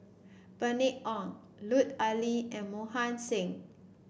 Bernice Ong Lut Ali and Mohan Singh